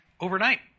overnight